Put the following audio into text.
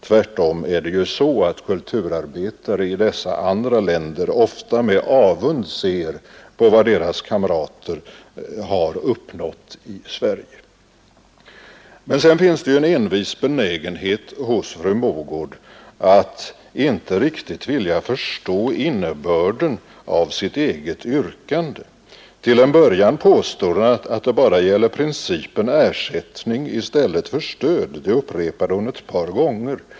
Tvärtom ser kulturarbetarna i andra länder ofta med avund på vad deras kamrater har uppnått i Sverige. Sedan finns det en envis benägenhet hos fru Mogård att inte riktigt vilja förstå innebörden i sitt eget yrkande. Till en början påstår hon att det bara gäller principen om ersättning i stället för stöd. Det upprepar hon ett par gånger.